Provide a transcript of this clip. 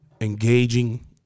engaging